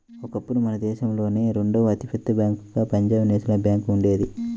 ఒకప్పుడు మన దేశంలోనే రెండవ అతి పెద్ద బ్యేంకుగా పంజాబ్ నేషనల్ బ్యేంకు ఉండేది